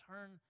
turn